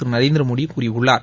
திரு நரேந்திர மோடி கூறியுள்ளார்